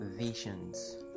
visions